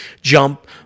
jump